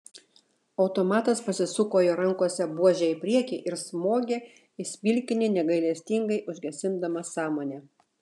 automatas pasisuko jo rankose buože į priekį ir smogė į smilkinį negailestingai užgesindamas sąmonę